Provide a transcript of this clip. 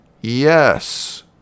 Yes